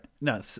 No